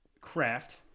craft